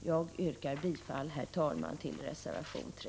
Jag yrkar bifall till reservation 3.